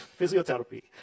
physiotherapy